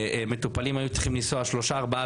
שמטופלים היו צריכים לנסוע שלושה-ארבעה